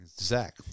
Zach